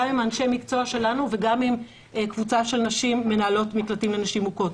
גם עם אנשי מקצוע שלנו וגם עם קבוצה של נשים מנהלות מקלטים לנשים מוכות.